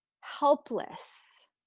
helpless